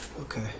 okay